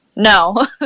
No